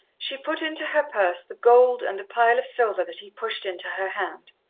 she put into her purse the gold and the pile of silver that he pushed into her hand.